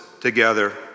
together